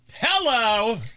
Hello